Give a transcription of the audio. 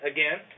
Again